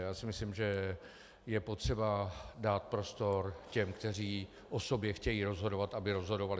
Já si myslím, že je potřeba dát prostor těm, kteří o sobě chtějí rozhodovat, aby rozhodovali.